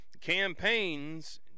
campaigns